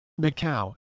Macau